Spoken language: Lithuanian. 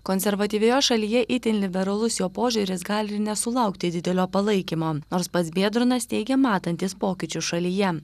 konservatyvioje šalyje itin liberalus jo požiūris gali ir nesulaukti didelio palaikymo nors pats biedronas teigia matantis pokyčių šalyje